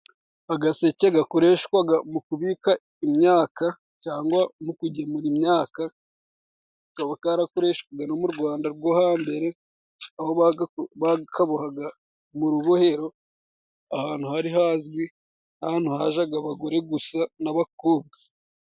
Agaseke gakoreshwa mu kubika imyaka cyangwa mu kugemura imyaka, kakaba karakoreshwaga no mu Rwanda rwo hambere, aho bakabohaga mu rubohero ahantu hari hazwi nk'ahantu hajyaga abagore gusa n'abakobwa.